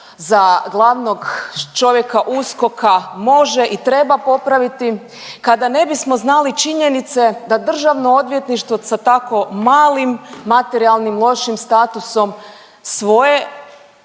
za glavnog čovjeka USKOK-a može i treba popraviti kada ne bismo znali činjenice da Državno odvjetništvo sa tako malim materijalnim lošim statusom svoje